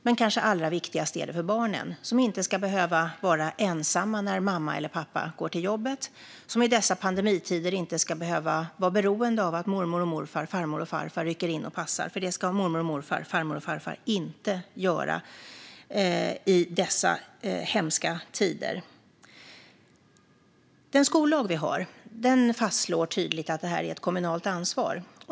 Men kanske allra viktigast är det för barnen, som inte ska behöva vara ensamma när mamma eller pappa går till jobbet. De ska i dessa pandemitider inte vara beroende av att mormor och morfar eller farmor och farfar rycker in och passar dem, för det ska mor och farföräldrar inte göra i dessa hemska tider. Den skollag vi har fastslår tydligt att detta är ett kommunalt ansvar.